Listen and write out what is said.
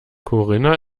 corinna